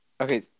okay